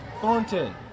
Thornton